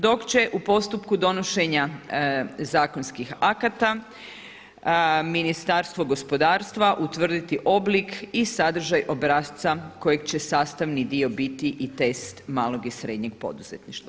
Dok će u postupku donošenja zakonskih akata Ministarstvo gospodarstva utvrditi oblik i sadržaj obrasca kojeg će sastavni dio biti i teste malog i srednjeg poduzetništva.